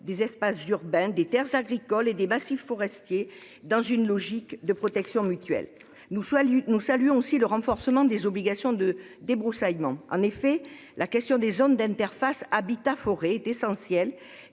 des espaces urbains, des terres agricoles et des massifs forestiers dans une logique de protection mutuelle. Nous saluons aussi le renforcement des OLD. La question des zones d'interface habitats-forêts est essentielle,